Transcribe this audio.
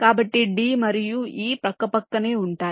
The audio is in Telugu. కాబట్టి d మరియు e పక్కపక్కనే ఉంటాయి